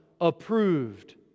approved